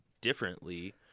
differently